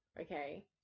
okay